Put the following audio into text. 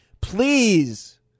please